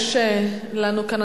יש לנו כאן,